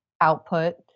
output